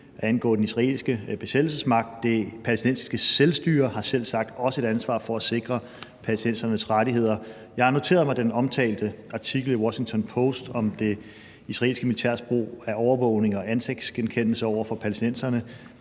angå den israelske besættelsesmagt. Det palæstinensiske selvstyre har selvsagt også et ansvar for at sikre palæstinensernes rettigheder. Jeg har noteret mig den omtalte artikel i The Washington Post om det israelske militærs brug af overvågning og ansigtsgenkendelse over for palæstinenserne.